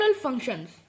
Functions